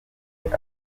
wese